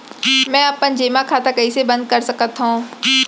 मै अपन जेमा खाता कइसे बन्द कर सकत हओं?